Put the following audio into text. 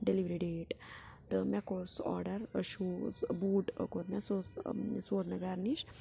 delivery date تہٕ مےٚ کوٚر سُہ آرڈر شوٗز بوٗٹ کوٚر مےٚ سُہ اوس سُہ ووت مےٚ گرٕ نِش